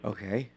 Okay